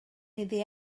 iddi